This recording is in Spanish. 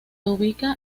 ubica